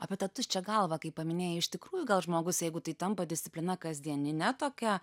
apie tą tuščią galvą kai paminėjai iš tikrųjų gal žmogus jeigu tai tampa disciplina kasdienine tokia